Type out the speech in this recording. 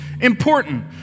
important